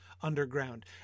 underground